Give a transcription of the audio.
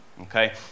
okay